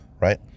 right